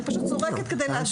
אני מציינת את זה כדי להדגים.